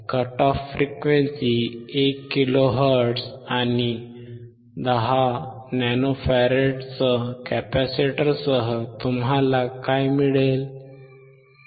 cut off frequency 1 kilohertz आणि 10 nano फॅराडच्या कॅपेसिटरसह तुम्हाला काय मिळेल